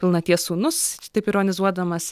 pilnaties sūnus taip ironizuodamas